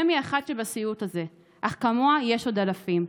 מ' היא אחת שבסיוט הזה, אך כמוה יש עוד אלפים.